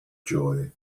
joy